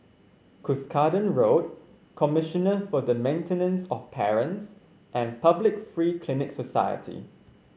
Cuscaden Road Commissioner for the Maintenance of Parents and Public Free Clinic Society